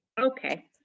Okay